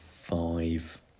five